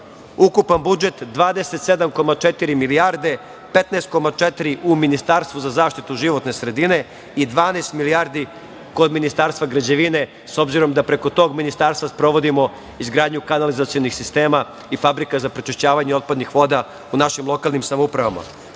Ukupan budžet 27,4 milijarde, 15,4 u Ministarstvu za zaštitu životne sredine i 12 milijardi kod Ministarstvo građevine, s obzirom da preko tog ministarstva sprovodimo izgradnju kanalizacionih sistema i fabrika za prečišćavanje otpadnih voda u našim lokalnim samoupravama. Dakle,